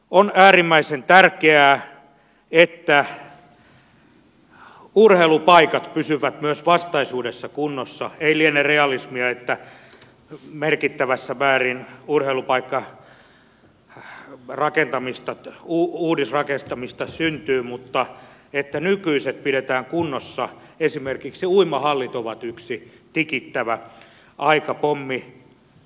on äärimmäisen tärkeää että urheilupaikat pysyvät myös vastaisuudessa kunnossa ei liene realismia että merkittävässä määrin urheilupaikkauudisrakentamista syntyy mutta että nykyiset pidetään kunnossa esimerkiksi uimahallit ovat yksi tikittävä aikapommi